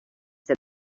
said